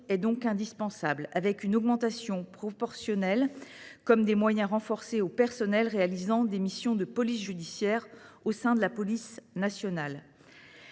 est donc indispensable. Cela suppose une augmentation proportionnelle des moyens renforcés aux personnels réalisant des missions de police judiciaire au sein de la police nationale.